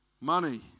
Money